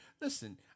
Listen